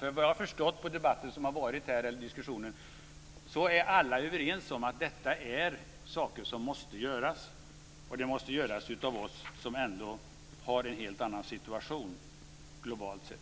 Såvitt jag har förstått av debatten här och diskussionen som varit är alla överens om att detta är saker som måste göras, och det måste göras av oss som har en helt annan situation globalt sett.